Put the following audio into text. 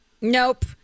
Nope